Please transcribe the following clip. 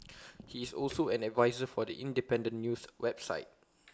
he is also an adviser for The Independent news website